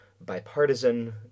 bipartisan